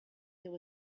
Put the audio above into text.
there